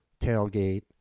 tailgate